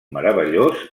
meravellós